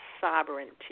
sovereignty